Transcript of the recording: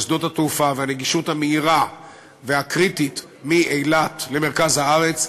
של שדות התעופה והנגישות המהירה והקריטית מאילת למרכז הארץ,